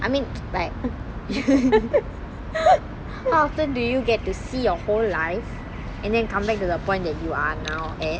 I mean like how often do you get to see your whole life and then come back to the point that you are now at